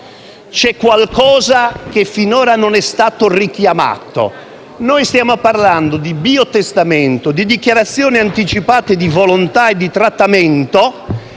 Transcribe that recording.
c'è qualcosa che finora non è stato richiamato. Stiamo parlando di biotestamento, di dichiarazione anticipata di volontà e di trattamento